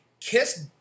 Kiss